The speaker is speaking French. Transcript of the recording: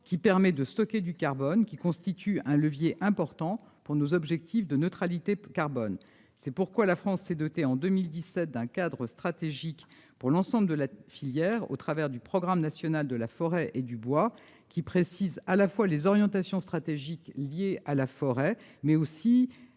qui permet de stocker du carbone, ce qui constitue un levier important pour nos objectifs de neutralité carbone. C'est pourquoi la France s'est dotée, en 2017, d'un cadre stratégique pour l'ensemble de la filière au travers du programme national de la forêt et du bois qui précise les orientations stratégiques liées à la forêt et à